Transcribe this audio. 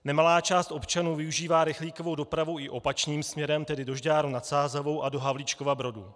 Nemalá část občanů využívá rychlíkovou dopravu i opačným směrem, tedy do Žďáru nad Sázavou a do Havlíčkova Brodu.